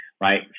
right